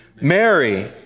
Mary